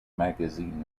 magazine